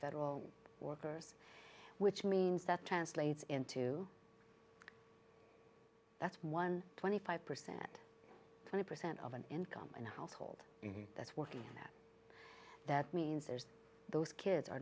federal workers which means that translates into one twenty five percent twenty percent of an income in a household that's working that that means there's those kids are